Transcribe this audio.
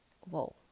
Whoa